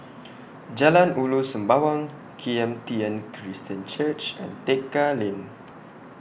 Jalan Ulu Sembawang Kim Tian Christian Church and Tekka Lane